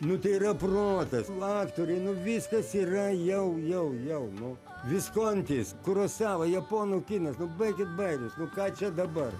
nu tai yra protas l aktoriai nu viskas yra jau jau jau nu viskontis kurosava japonų kinas nu baikit bairius nu ką čia dabar